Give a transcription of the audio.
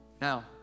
Now